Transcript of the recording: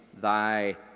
thy